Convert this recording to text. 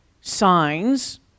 signs